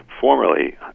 formerly